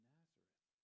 Nazareth